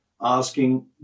asking